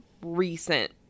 recent